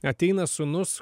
ateina sūnus